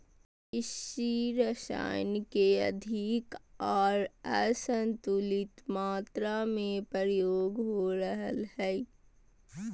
कृषि रसायन के अधिक आर असंतुलित मात्रा में प्रयोग हो रहल हइ